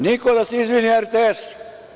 Niko da se izvini RTS.